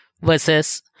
versus